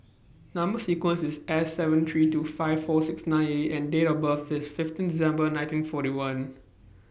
Number sequence IS S seven three two five four six nine A and Date of birth IS fifteen December nineteen forty one